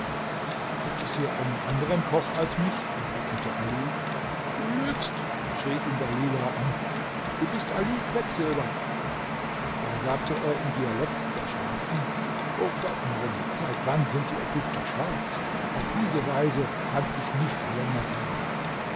gibt es hier einen anderen koch als mich entgegnete ali du lügst schrie ihn dalilah an du bist ali quecksilber da sagte er im dialekt der schwarzen o pförtnerin seit wann sind die ägypter schwarz auf diese weise kann ich nicht länger dienen